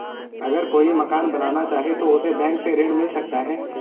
अगर कोई मकान बनाना चाहे तो उसे बैंक से ऋण मिल सकता है?